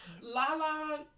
Lala